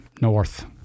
north